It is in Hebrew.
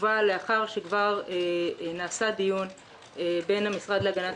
הובא לאחר שכבר נעשה דיון בין המשרד להגנת